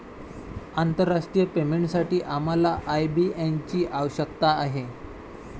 आंतरराष्ट्रीय पेमेंटसाठी आम्हाला आय.बी.एन ची आवश्यकता आहे